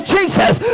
Jesus